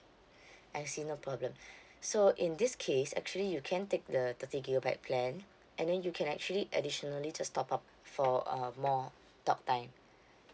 I see no problem so in this case actually you can take the thirty gigabyte plan and then you can actually additionally just top up for uh more talk time